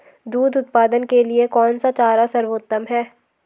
दूध उत्पादन के लिए कौन सा चारा सर्वोत्तम है?